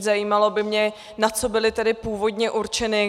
Zajímalo by mě, na co byly tedy původně určeny.